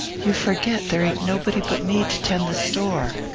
you forget there ain't nobody but me to tend the store.